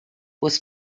was